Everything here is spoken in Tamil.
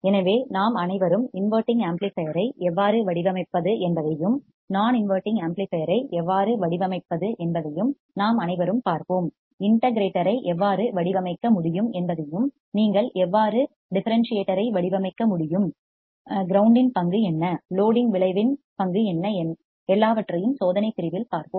எனவே நாம் அனைவரும் இன்வடிங் ஆம்ப்ளிபையர் ஐ எவ்வாறு வடிவமைப்பது என்பதையும் நான் இன்வடிங் ஆம்ப்ளிபையர் ஐ எவ்வாறு வடிவமைப்பது என்பதையும் நாம் அனைவரும் பார்ப்போம் இன்டகிரேட்டர் ஐ எவ்வாறு வடிவமைக்க முடியும் என்பதையும் நீங்கள் எவ்வாறு டிஃபரன்ஸ் சியேட்டர் ஐ வடிவமைக்க முடியும் கிரவுண்ட் இன் பங்கு என்ன லோடிங் விளைவின் பங்கு என்ன எல்லாவற்றையும் சோதனைப் பிரிவில் பார்ப்போம்